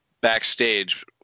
backstage